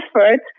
effort